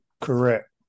Correct